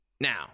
Now